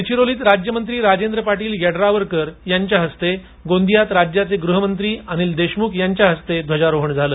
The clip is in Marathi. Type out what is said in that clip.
गडचिरोलीत राज्यमंत्री राजेंद्र पाटील यड्रावकर यांच्या हस्ते गोंदीयात राज्याचे गृहमंत्री अनील देशमुख यांच्या हस्ते ध्वजारोहण झालं